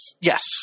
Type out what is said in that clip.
Yes